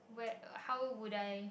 where how would I